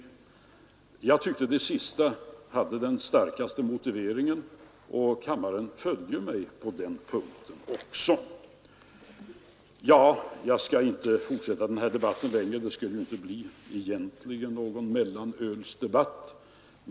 Jag tyckte att det sista av dessa två alternativ hade den starkaste motiveringen, och kammaren följde mig också på den punkten. Jag skall inte fortsätta den här debatten längre; den var egentligen inte avsedd att bli någon mellanölsdebatt.